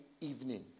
evening